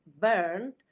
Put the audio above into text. burned